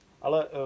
ale